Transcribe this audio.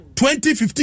2015